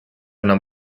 enam